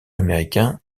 américain